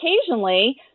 occasionally